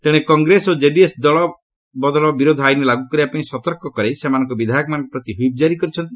ତେଶେ କଂଗ୍ରେସ ଓ ଜେଡିଏସ୍ ଦଳ ବଦଳ ବିରୋଧ ଆଇନ ଲାଗୁ କରିବାପାଇଁ ସତର୍କ କରାଇ ସେମାନଙ୍କ ବିଧାୟକମାନଙ୍କ ପ୍ରତି ହ୍ୱିପ୍ ଜାରି କରିଛନ୍ତି